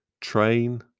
train